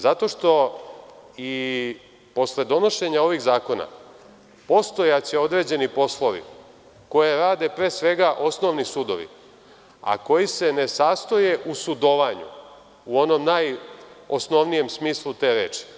Zato što i posle donošenja ovih zakona postojaće određeni poslovi koje rade pre svega osnovni sudovi, a koji se ne sastoje u sudovanju, u onom najosnovnijem smislu te reči.